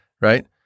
right